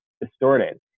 distorted